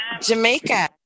Jamaica